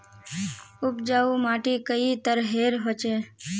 उपजाऊ माटी कई तरहेर होचए?